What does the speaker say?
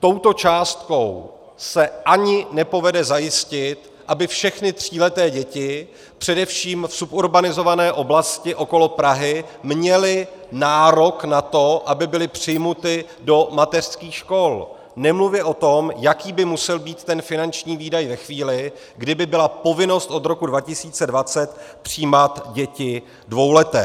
touto částkou se ani nepovede zajistit, aby všechny tříleté děti, především v suburbanizované oblasti okolo Prahy, měly nárok na to, aby byly přijaty do mateřských škol, nemluvě o tom, jaký by musel být ten finanční výdaj ve chvíli, kdy by byla povinnost od roku 2020 přijímat děti dvouleté.